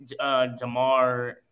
Jamar